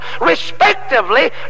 respectively